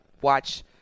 watch